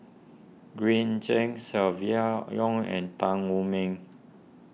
Green Zeng Silvia Yong and Tan Wu Meng